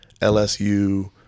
LSU